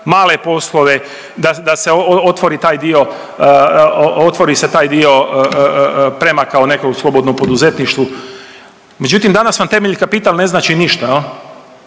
da se otvori taj dio, otvori se taj dio prema kao nekom slobodnom poduzetništvu, međutim danas vam temeljni kapital ne znači ništa